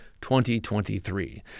2023